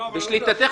בשליטתך,